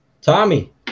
Tommy